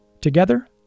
Together